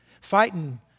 Fighting